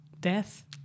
Death